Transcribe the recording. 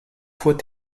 fois